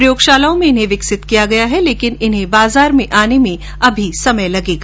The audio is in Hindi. प्रयोगशालाओं में इन्हें विकसित किया गया है लेकिन इनके बाजार में आने में अभी समय लगेगा